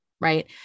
Right